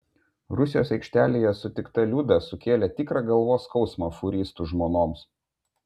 rusijos aikštelėje sutikta liuda sukėlė tikrą galvos skausmą fūristų žmonoms